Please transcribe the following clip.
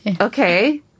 okay